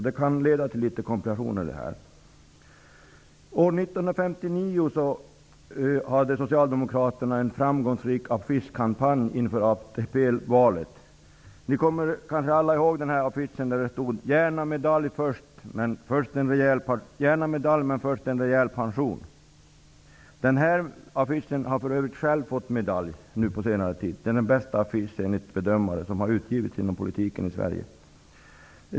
Det kan alltså leda till en del komplikationer. År 1959 hade Socialdemokraterna en framgångsrik affischkampanj inför ATP-valet. Ni kommer kanske alla ihåg affischen där det stod: Gärna medalj -- men först en rejäl pension. Den affischen har för övrigt själv fått medalj nu på senare tid; det är enligt bedömare den bästa politiska affisch som har gjorts i Sverige.